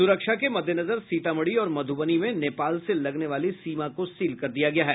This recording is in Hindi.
सुरक्षा के मद्देनजर सीतामढ़ी और मधुबनी में नेपाल से लगने वाली सीमा को सील कर दिया गया है